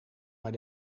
maar